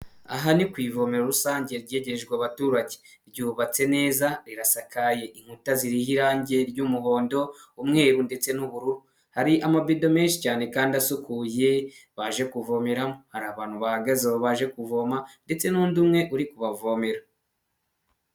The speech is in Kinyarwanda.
Aha ni ku ivomero rusange ryegerejwe abaturage ,ryubatse neza rirasakaye inkuta ziriho irangi ry'umuhondo umweru ndetse n'ubururu, hari amabindo menshi cyane kandi asukuye baje kuvomeramo, hari abantu bahagazeho baje kuvoma ndetse n'undi umwe uri kubavomera.